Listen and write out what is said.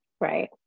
Right